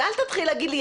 אז אל תתחיל להגיד לי,